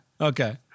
Okay